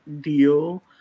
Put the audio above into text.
deal